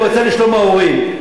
מועצה לשלום ההורים.